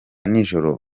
nijoro